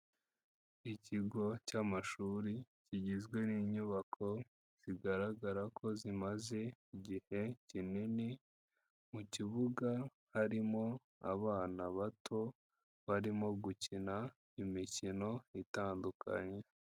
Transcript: Ikigo cy'amashuri kigizwe n'inyubako zigaragara ko zimaze igihe kinini, mu kibuga harimo abana bato, barimo gukina imikino itandukanye.